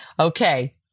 Okay